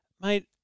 mate